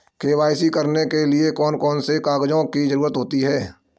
KYC करने के लिए कौन कौन से कागजों की जरूरत होती है?